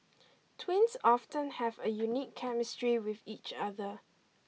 twins often have a unique chemistry with each other